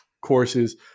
courses